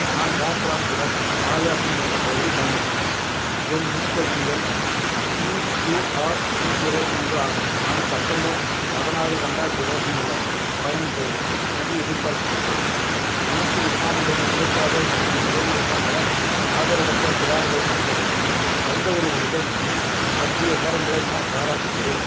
நான் Air France உடன் மாயா சிங் என்ற பெயரில் பயணிக்கிறேன் என் முன்பதிவு எண் பி க்யு ஆர் நூற்றி இருபத்தி மூன்று ஆகும் நான் செப்டம்பர் பதினாறு ரெண்டாயிரத்தி இருபத்து நாலு அன்று பயணம் செய்வேன் என்று எதிர்பார்க்கப்படுகிறது இணைக்கும் விமானங்களின் மேற்பார்வை மற்றும் உதவி உட்பட ஆதரவற்ற சிறார்களுக்கு கிடைக்கும் எந்தவொரு உதவியும் பற்றிய விவரங்களை நான் பாராட்டுகிறேன்